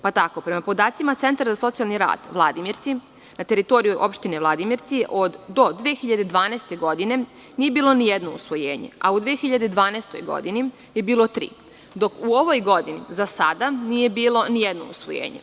Pa tako, prema podacima Centra za socijalni rad Vladimirci, na teritoriji Opštine Vladimirci do 2012. godine nije bilo ni jedno usvojenje, a u 2012. godini je bilo tri, dok u ovoj godini, za sada, nije bilo nijedno usvojenje.